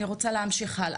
אני רוצה להמשיך הלאה.